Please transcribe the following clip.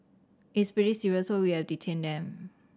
it is pretty serious so we have detained them